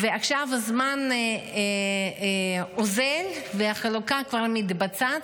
ועכשיו הזמן אוזל והחלוקה כבר מתבצעת,